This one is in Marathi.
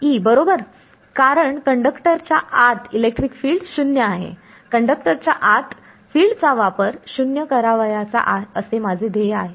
E बरोबर कारण कंडक्टरच्या आत इलेक्ट्रिक फील्ड 0 आहे कंडक्टरच्या आत फील्ड चा वापर 0 करावयाचा असे माझे ध्येय आहे